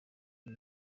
ibi